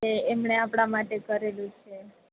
કે એમણે આપણા માટે કરેલું છે